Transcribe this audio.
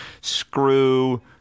Screw